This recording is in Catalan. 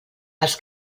els